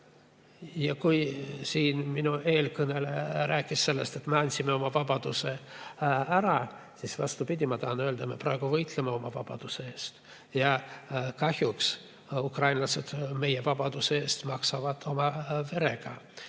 Kui eelkõneleja rääkis sellest, et me andsime oma vabaduse ära, siis, vastupidi, ma tahan öelda, et me praegu võitleme oma vabaduse eest ja kahjuks ukrainlased meie vabaduse eest maksavad oma verega.